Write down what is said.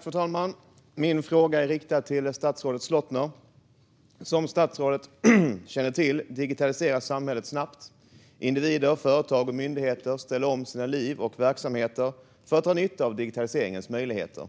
Fru talman! Min fråga är riktad till statsrådet Slottner. Som statsrådet känner till digitaliseras samhället snabbt. Individer, företag och myndigheter ställer om sina liv och verksamheter för att dra nytta av digitaliseringens möjligheter.